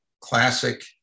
classic